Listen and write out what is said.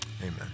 amen